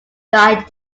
died